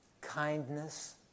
kindness